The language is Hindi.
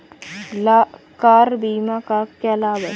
कार बीमा का क्या लाभ है?